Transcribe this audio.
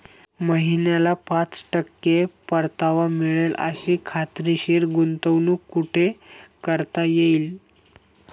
महिन्याला पाच टक्के परतावा मिळेल अशी खात्रीशीर गुंतवणूक कुठे करता येईल?